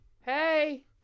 hey